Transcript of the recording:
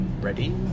ready